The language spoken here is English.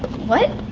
what?